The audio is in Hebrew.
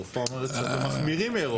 הרופאה אומרת שאתם מחמירים מאירופה.